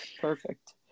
Perfect